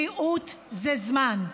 בריאות זה זמן.